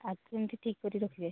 ଆଗରୁ ଯେମିତି ଠିକ୍ କରି ରଖିବେ